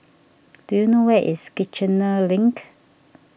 do you know where is Kiichener Link